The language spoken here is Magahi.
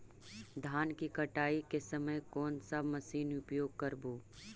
धान की कटाई के समय कोन सा मशीन उपयोग करबू?